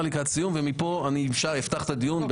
ומפה אני בהחלט אפתח את הדיון.